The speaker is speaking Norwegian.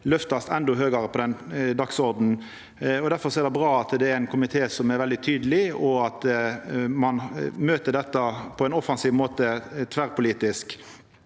løftast endå høgare på dagsordenen. Difor er det bra at det er ein komité som er veldig tydeleg, og at ein møter dette på ein offensiv måte tverrpolitisk.